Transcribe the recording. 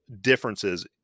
differences